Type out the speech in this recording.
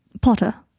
Potter